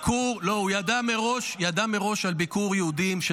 הוא ידע מראש על ביקור של יהודים בהר הבית,